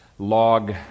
log